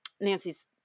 Nancy's